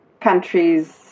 countries